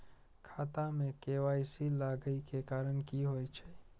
खाता मे के.वाई.सी लागै के कारण की होय छै?